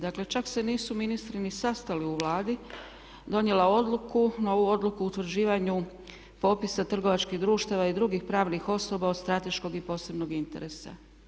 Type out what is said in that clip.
Dakle, čak se nisu ministri ni sastali u Vladi donijela odluku, novu odluku o utvrđivanju popisa trgovačkih društava i drugih pravnih osoba od strateškog i posebnog interesa.